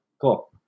Cool